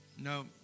no